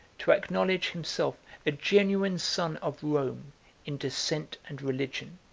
to acknowledge himself a genuine son of rome in descent and religion,